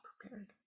Prepared